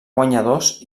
guanyadors